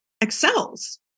excels